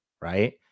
right